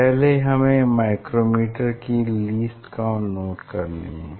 पहले हमें माइक्रोमीटर की लीस्ट काउंट नोट करनी है